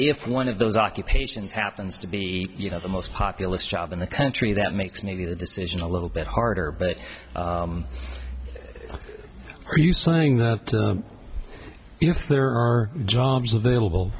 if one of those occupations happens to be you know the most populous job in the country that makes maybe the decision a little bit harder but are you saying that if there are jobs available